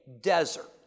desert